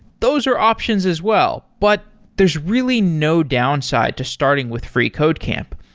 those are options as well, but there's really no downside to starting with freecodecamp.